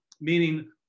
meaning